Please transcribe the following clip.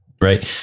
Right